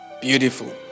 Beautiful